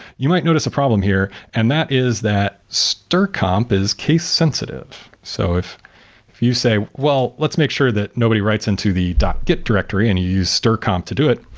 you might notice a problem here and that is that strcomp is case sensitive. so if if you say well, let's make sure that nobody writes into the git directory and you use strcomp to do it,